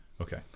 Okay